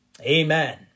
Amen